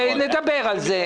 נדבר על זה.